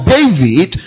David